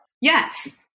Yes